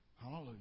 Hallelujah